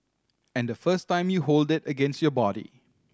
and the first time you hold it against your body